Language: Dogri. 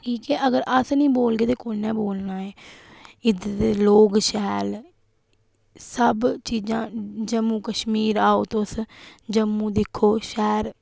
कि जे अगर अस नि बोलगे ते कुन्नै बोलना ऐ इद्धर दे लोग शैल सब चीज़ां जम्मू कश्मीर आओ तुस जम्मू दिक्खो शैह्र